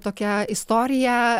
tokia istorija